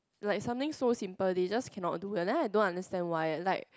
like something so simple they just cannot do and then I don't understand why